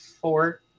four